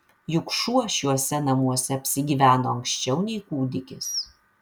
juk šuo šiuose namuose apsigyveno anksčiau nei kūdikis